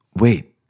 wait